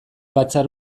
batzar